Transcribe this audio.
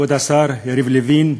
כבוד השר יריב לוין,